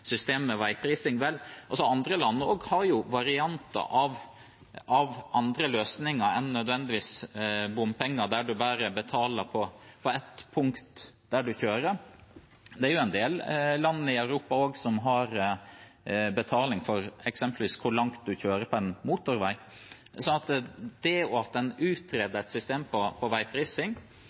veiprising. Vel, også andre land har varianter av andre løsninger enn nødvendigvis bompenger, der man bare betaler på ett punkt der man kjører. Det er en del land i Europa også som har betaling for eksempelvis hvor langt man kjører på en motorvei. Så det at en utreder et system for veiprising,